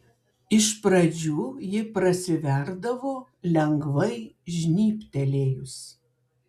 iš pradžių ji prasiverdavo lengvai žnybtelėjus